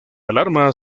alarma